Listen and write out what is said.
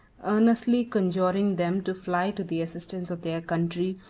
earnestly conjuring them to fly to the assistance of their country,